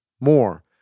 more